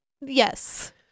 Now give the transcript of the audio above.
Yes